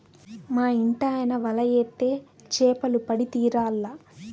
మా ఇంటాయన వల ఏత్తే చేపలు పడి తీరాల్ల